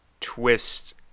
twist